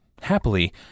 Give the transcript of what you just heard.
Happily